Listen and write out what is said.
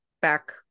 back